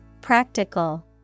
Practical